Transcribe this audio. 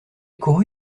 couru